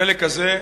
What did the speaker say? החלק הזה,